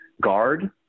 guard